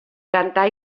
cantar